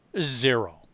Zero